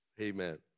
Amen